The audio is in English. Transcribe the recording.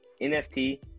NFT